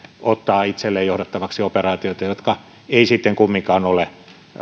ottavat itselleen johdettavaksi operaatioita jotka eivät sitten kumminkaan ole